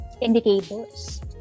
indicators